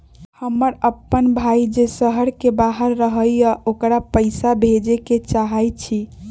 हमर अपन भाई जे शहर के बाहर रहई अ ओकरा पइसा भेजे के चाहई छी